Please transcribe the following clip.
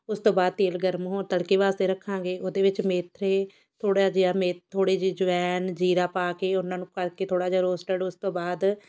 ਉਸ ਤੋਂ ਬਾਅਦ ਤੇਲ ਗਰਮ ਹੋਣ ਤੜਕੇ ਵਾਸਤੇ ਰੱਖਾਂਗੇ ਉਹਦੇ ਵਿੱਚ ਮੇਥੇ ਥੋੜ੍ਹਾ ਜਿਹਾ ਮੇ ਥੋੜ੍ਹੇ ਜਿਹੇ ਅਜ਼ਵੈਣ ਜ਼ੀਰਾ ਪਾ ਕੇ ਉਹਨਾਂ ਨੂੰ ਕਰਕੇ ਥੋੜ੍ਹਾ ਜਿਹਾ ਰੋਸਟਡ ਉਸ ਤੋਂ ਬਾਅਦ